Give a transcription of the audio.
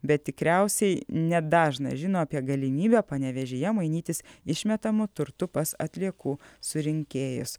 bet tikriausiai nedažnas žino apie galimybę panevėžyje mainytis išmetamu turtu pas atliekų surinkėjus